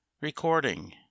Recording